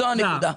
זאת הנקודה.